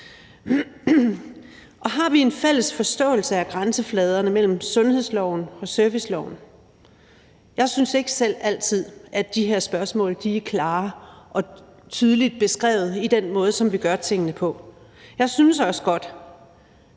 Og har vi en fælles forståelse af grænsefladerne mellem sundhedsloven og serviceloven? Jeg synes ikke selv, at de her spørgsmål altid er klart og tydeligt beskrevet i den måde, som vi gør tingene på. Jeg synes også godt,